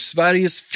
Sveriges